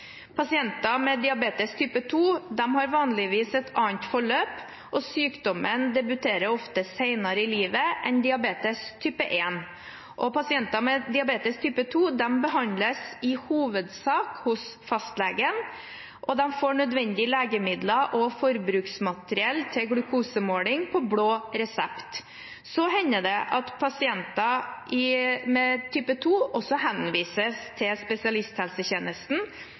Pasienter med diabetes type 2 har vanligvis et annet forløp, og sykdommen debuterer ofte senere i livet enn diabetes type 1 gjør. Pasienter med diabetes type 2 behandles i hovedsak hos fastlegen, og de får nødvendige legemidler og forbruksmateriell til glukosemåling på blå resept. Det hender at pasienter med type 2-diabetes også henvises til spesialisthelsetjenesten